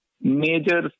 major